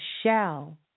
shell